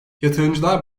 yatırımcılar